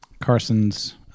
Carson's